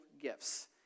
gifts